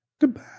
Goodbye